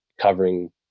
covering